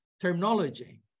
terminology